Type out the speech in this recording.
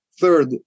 third